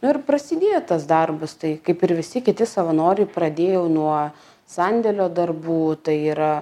ir prasidėjo tas darbas tai kaip ir visi kiti savanoriai pradėjau nuo sandėlio darbų tai yra